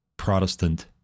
Protestant